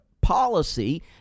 policy